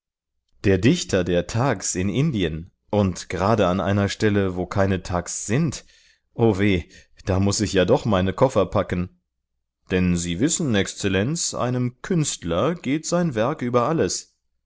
der dichter der thags in indien und gerade an einer stelle wo keine thags sind o weh da muß ich ja doch meine koffer packen denn sie wissen exzellenz einem künstler geht sein werk über alles